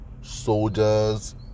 soldier's